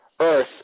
earth